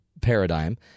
paradigm